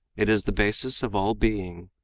it is the basis of all being.